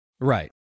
Right